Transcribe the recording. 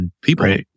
people